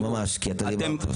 ממש, כי אתה דיברת.